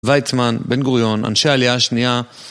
ויצמן, בן גוריון, אנשי עלייה השנייה.